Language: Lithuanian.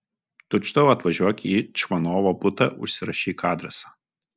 tučtuojau atvažiuok į čvanovo butą užsirašyk adresą